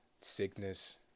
sickness